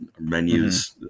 menus